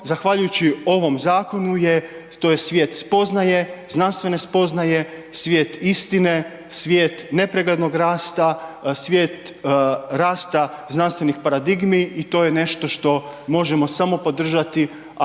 zahvaljujući ovom zakonu je, to je svijet spoznaje, znanstvene spoznaje, svijet istine, svijet nepreglednog rasta, svijet rasta znanstvenih paradigmi i to je nešto što možemo samo podržati,